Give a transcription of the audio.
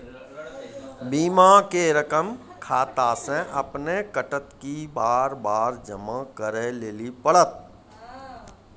बीमा के रकम खाता से अपने कटत कि बार बार जमा करे लेली पड़त?